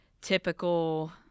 typical